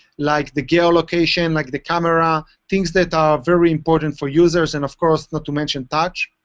like the geolocation, like the camera, things that are very important for users. and of course, not to mention touch.